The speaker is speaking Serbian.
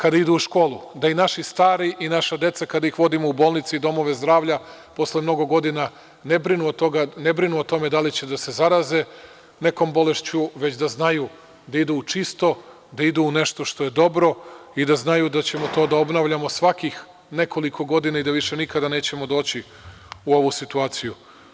Da kad idu u školu da naši stari i naša deca kad ih vodimo u bolnice i u domove zdravlja posle mnogo godina ne brine o tome da li će da se zaraze nekom bolešću, već da znaju da idu u čisto, da idu u nešto što je dobro i da znaju da ćemo to da obnavljamo svakih nekoliko godina i da više nikada nećemo doći u ovu situaciju.